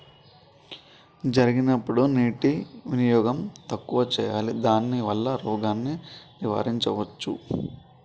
జరిగినప్పుడు నీటి వినియోగం తక్కువ చేయాలి దానివల్ల రోగాన్ని నివారించవచ్చా?